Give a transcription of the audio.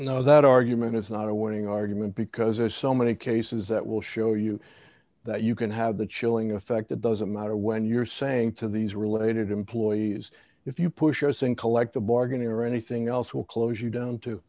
know that argument is not a winning argument because as so many cases that will show you that you can have the chilling effect of those a matter when you're saying to these related employees if you push us in collective bargaining or anything else will close you down to